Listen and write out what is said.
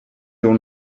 your